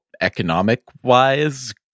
economic-wise